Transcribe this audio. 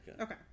Okay